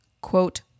quote